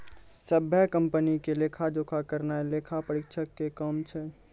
सभ्भे कंपनी के लेखा जोखा करनाय लेखा परीक्षक के काम छै